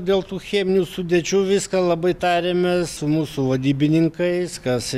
dėl tų cheminių sudėčių viską labai tariamės su mūsų vadybininkais kas